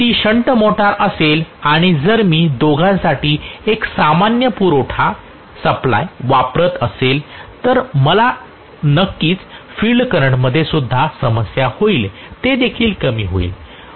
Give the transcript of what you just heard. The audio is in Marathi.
जर ती शंट मोटार असेल आणि जर मी दोघांसाठी एक सामान्य पुरवठा वापरत असेल तर मला नक्की फील्ड करंटमध्ये सुद्धा समस्या होईल ते देखील कमी होईल